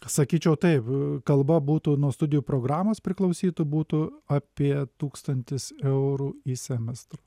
sakyčiau taip kalba būtų nuo studijų programos priklausytų būtų apie tūkstantis eurų į semestrą